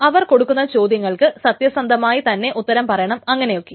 അവർ കൊടുക്കുന്ന ചോദ്യങ്ങൾക്ക് സത്യസന്ധമായി തന്നെ ഉത്തരം പറയണം അങ്ങനെയൊക്കെ